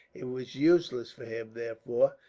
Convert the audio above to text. it was useless for him, therefore,